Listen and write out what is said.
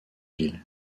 ville